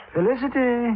Felicity